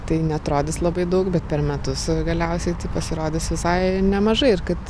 tai neatrodys labai daug bet per metus galiausiai pasirodys visai nemažai ir kad